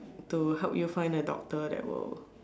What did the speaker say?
to help you find a doctor that will